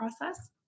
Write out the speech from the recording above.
process